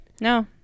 no